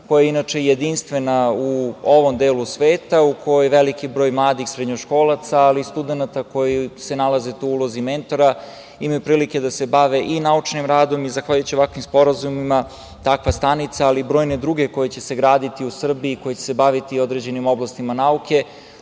koja je inače jedinstvena u ovom delu sveta, u kojoj veliki broj mladih srednjoškolaca, ali i studenata koji se nalaze u ulozi mentora imaju prilike da se bave i naučnim radom. Zahvaljujući ovakvim sporazumima takva stanica, ali i brojne druge koje će se graditi u Srbiji koje će se baviti određenim oblastima nauke